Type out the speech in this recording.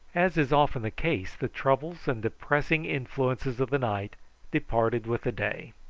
as is often the case, the troubles and depressing influences of the night departed with the day,